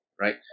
Right